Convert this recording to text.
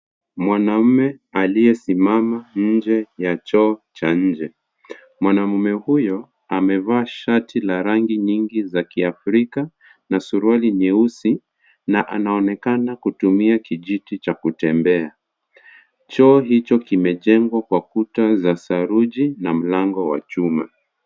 Mwanaume aliyesimama nje ya choo cha nje. Mwanamume huyo amevaa shati la rangi nyingi za Kiafrika, na suruali nyeusi, na anaonekana kutumia kijiti cha kutembea. Choo hicho kimejengwa kwa kuta za saruji na mlango wa chuma.